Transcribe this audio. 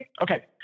okay